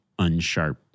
unsharp